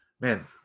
man